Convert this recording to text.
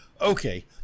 Okay